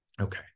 Okay